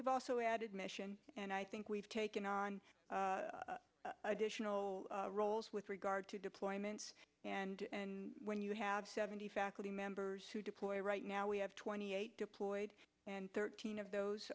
we've also added mission and i think we've taken on additional roles with regard to deployments and when you have seventy faculty members who deploy right now we have twenty eight deployed and thirteen of those